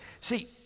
See